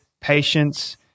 patience